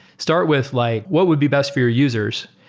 start with like what would be best for your users?